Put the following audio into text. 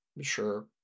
Sure